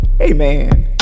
Amen